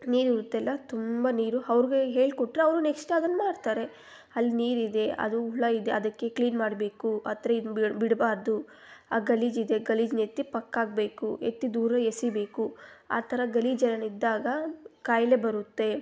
ನೀರಿರುತ್ತೆ ಅಲ್ಲ ತುಂಬ ನೀರು ಅವ್ರ್ಗೆ ಹೇಳಿಕೊಟ್ರೆ ಅವರು ನೆಕ್ಸ್ಟ್ ಅದನ್ನು ಮಾಡ್ತಾರೆ ಅಲ್ ನೀರಿದೆ ಅದು ಹುಳ ಇದೆ ಅದಕ್ಕೆ ಕ್ಲೀನ್ ಮಾಡಬೇಕು ಆಥರ ಇದ್ನ ಬಿಡಬಾರ್ದು ಆ ಗಲೀಜಿದೆ ಗಲೀಜ್ನ ಎತ್ತಿ ಪಕ್ಕಾಕ್ಬೇಕು ಎತ್ತಿ ದೂರ ಎಸಿಬೇಕು ಆ ಥರ ಗಲೀಜೇನನ್ನ ಇದ್ದಾಗ ಖಾಯ್ಲೆ ಬರುತ್ತೆ